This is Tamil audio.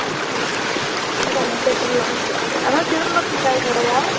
என்ன காய் கடை கடைக்காரங்க பேர் சொல்லாம் அண்ணா சிலம்பரசன் காய் கடையா